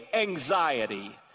anxiety